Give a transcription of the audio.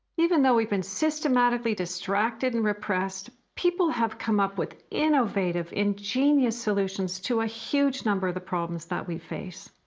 even though we've been systematically distracted and repressed, people have come up with innovative, ingenious solutions to a huge number of the problems that we face.